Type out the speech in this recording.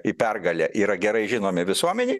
į pergalę yra gerai žinomi visuomenei